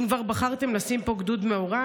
אם כבר בחרתם לשים פה גדוד מעורב.